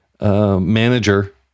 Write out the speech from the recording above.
manager